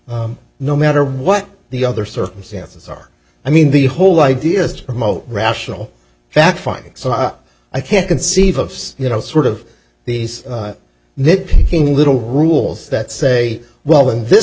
them no matter what the other circumstances are i mean the whole idea is to promote rational fact finding i can't conceive of you know sort of these nitpicking little rules that say well in this